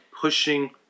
pushing